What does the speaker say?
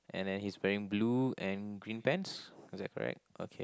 and then he's wearing blue and green pants is that correct okay